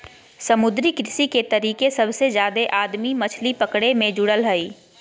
समुद्री कृषि के तरीके सबसे जादे आदमी मछली पकड़े मे जुड़ल हइ